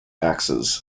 axes